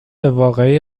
واقعی